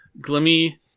Glimmy